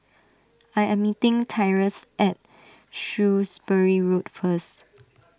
I am meeting Tyrus at Shrewsbury Road first